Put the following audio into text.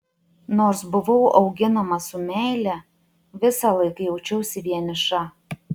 nors buvau auginama su meile visąlaik jaučiausi vieniša